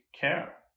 care